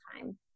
time